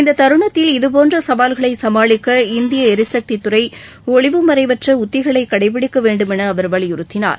இந்த தருணத்தில் இதுபோன்ற சவால்களை சமாளிக்க இந்திய ளிசக்தி துறை ஒளிவுமறைவற்ற உத்திகளை கடைப்பிடிக்க வேண்டுமென அவர் வலியுறுத்தினார்